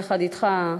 יחד אתך,